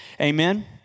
Amen